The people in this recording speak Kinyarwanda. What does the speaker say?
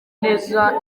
neza